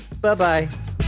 bye-bye